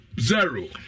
zero